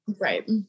right